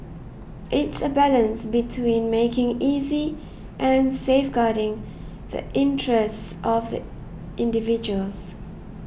it's a balance between making easy and safeguarding the interests of the individuals